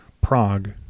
Prague